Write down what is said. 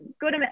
good